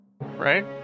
Right